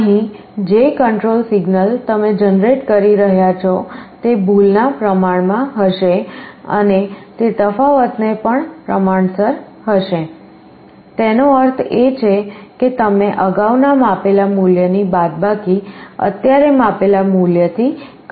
અહીં જે control signal તમે જનરેટ કરી રહ્યાં છો તે ભૂલ ના પ્રમાણમાં હશે અને તે તફાવત ને પણ પ્રમાણસર હશે એનો અર્થ એ છે કે તમે અગાઉના માપેલા મૂલ્યની બાદબાકી અત્યારે માપેલા મૂલ્યથી કરી છે